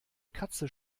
katze